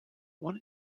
one